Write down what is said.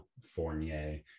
Fournier